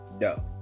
No